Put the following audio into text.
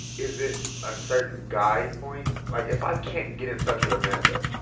is it a certain guide point? like if i can't get in touch with amanda,